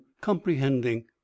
comprehending